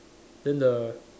then the